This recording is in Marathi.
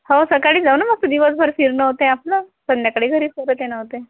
हो सकाळी जाऊ ना मग दिवसभर फिरणं होतय आपलं संध्याकाळी घरी परत येणं होतय